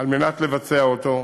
על מנת לבצע אותו,